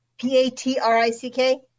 P-A-T-R-I-C-K